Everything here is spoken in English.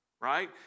right